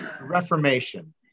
Reformation